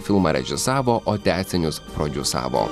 filmą režisavo o tęsinius prodiusavo